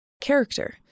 character